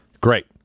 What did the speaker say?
Great